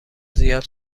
زیاد